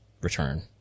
return